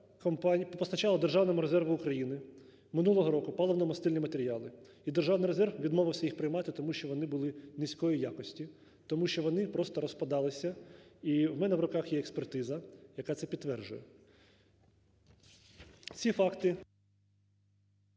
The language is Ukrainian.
Коммодити" постачала державному резерву України минулого року паливно-мастильні матеріали і державний резерв відмовився їх приймати, тому що вони були низької якості, тому що вони просто розпадалися і у мене в руках є експертиза, яка це підтверджує. Ці факти…